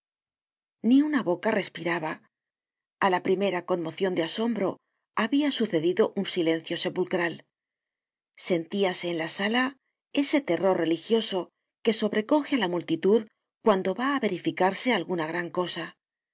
ni una boca respiraba a la primera conmocion de asombro habia sucedido un silencio sepulcral sentíase en la sala ese terror religioso que sobrecoge á la multitud cuando va á verificarse alguna gran cosa